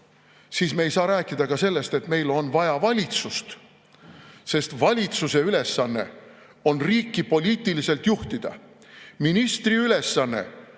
siis me ei saa rääkida ka sellest, et meil on vaja valitsust, sest valitsuse ülesanne on riiki poliitiliselt juhtida. Ministri ülesanne